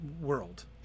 world